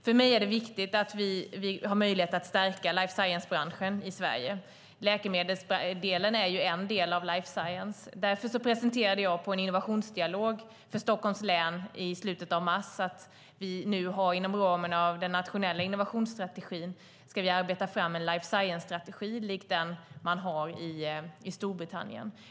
För mig är det viktigt att vi har möjlighet att stärka life science-branschen i Sverige. Läkemedelsdelen är en del av life science, och därför presenterade jag på en innovationsdialog för Stockholms län i slutet av mars att vi nu inom ramen för den nationella innovationsstrategin ska arbeta fram en life science-strategi likt den man har i Storbritannien.